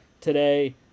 today